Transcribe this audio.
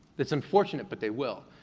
it's unfortunate, but they will.